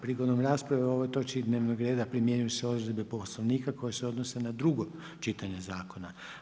Prigodom rasprave o ovoj točki dnevnog reda primjenjuju se odredbe Poslovnika koje se odnose na drugo čitanje zakona.